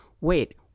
wait